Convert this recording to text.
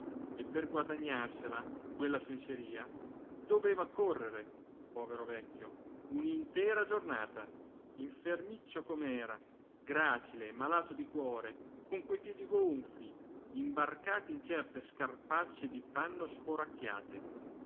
e per guadagnarsela quella sensería doveva correre povero vecchio un'intera giornata infermiccio com'era gracile malato di cuore con quei piedi gonfi imbarcati in certe scarpacce di panno